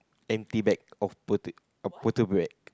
empty bag of pota~ of potato bag